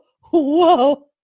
whoa